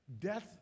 death